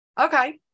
Okay